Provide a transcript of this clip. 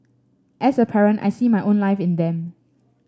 as a parent I see my own life in them